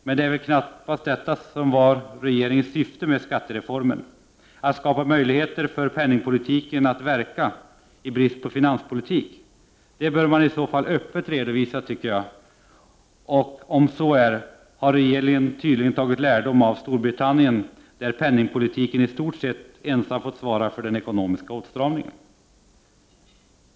Men det är väl knappast detta som är regeringens syfte med skattereformen, att skapa möjligheter för penningpolitiken att verka, i brist på finanspolitik? Det bör man i så fall öppet redovisa, tycker jag. Om så är, har regeringen tydligen tagit lärdom av Storbritannien där penningpolitiken i stort sett ensam fått svara för den ekonomiska åtstramningen.